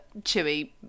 chewy